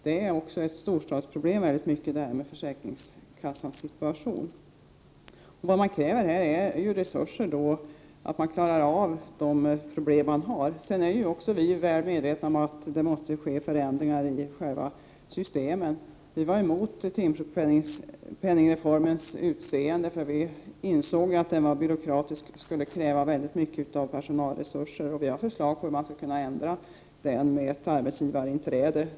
Detta är i mycket ett storstadsproblem, detta med försäkringskassans situation. Vad man kräver här är resurser för att klara av de problem man har. Sedan är vi också väl medvetna om att det måste ske förändringar i själva systemen. Vi var emot timsjukpenningreformens utseende. Vi insåg att den var byråkratisk och skulle kräva stora personalresurser. Vi har förslag till hur man skulle kunna ändra den med ett arbetsgivarinträde.